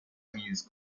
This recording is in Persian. تمیز